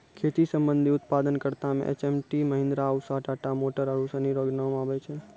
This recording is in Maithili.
खेती संबंधी उप्तादन करता मे एच.एम.टी, महीन्द्रा, उसा, टाटा मोटर आरु सनी रो नाम आबै छै